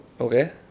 Okay